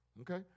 Okay